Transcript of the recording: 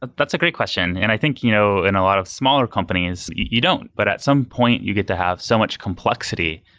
that's a great question, and i think you know in a lot of smaller companies, you don't, but at some point you get to have so much complexity,